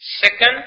second